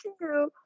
two